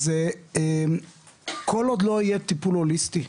אז כל עוד לא יהיה טיפול הוליסטי,